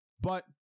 But-